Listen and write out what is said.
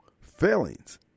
failings